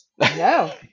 no